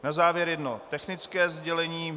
Na závěr jedno technické sdělení.